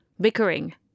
Bickering